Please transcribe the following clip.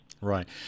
Right